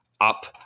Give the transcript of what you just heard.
up